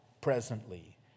presently